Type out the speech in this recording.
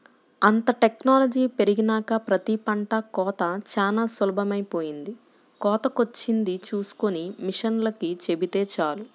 అంతా టెక్నాలజీ పెరిగినాక ప్రతి పంట కోతా చానా సులభమైపొయ్యింది, కోతకొచ్చింది చూస్కొని మిషనోల్లకి చెబితే చాలు